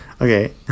Okay